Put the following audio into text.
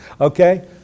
okay